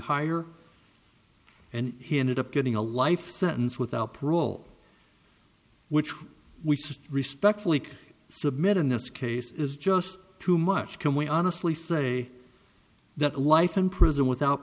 higher and he ended up getting a life sentence without parole which we said respectfully submit in this case is just too much can we honestly say that life in prison without